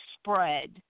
spread